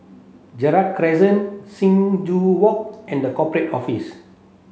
Gerald Crescent Sing Joo Walk and The Corporate Office